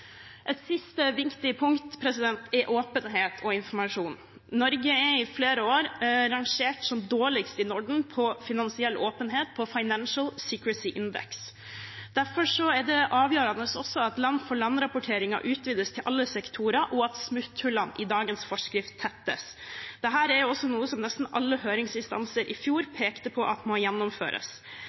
Et siste, viktig punkt er åpenhet og informasjon. Norge har i flere år vært rangert som dårligst i Norden på finansiell åpenhet på Financial Secrecy Index. Derfor er det også avgjørende at land-for-land-rapporteringen utvides til alle sektorer, og at smutthullene i dagens forskrift tettes. Dette er også noe som nesten alle høringsinstanser i fjor pekte på at må gjennomføres.